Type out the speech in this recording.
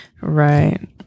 Right